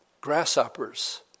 grasshoppers